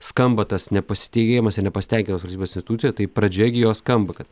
skamba tas nepasitikėjimas ir nepasitenkinimas valstybės institucijom tai pradžia gi jo skamba kad